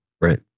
right